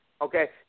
Okay